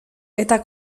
eta